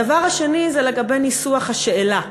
הדבר השני, לגבי ניסוח השאלה,